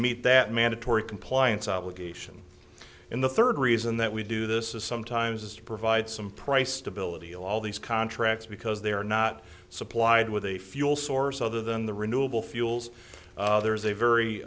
meet that mandatory compliance obligation in the third reason that we do this is sometimes is to provide some price stability all these contracts because they are not supplied with a fuel source other than the renewable fuels there is a very